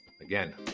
again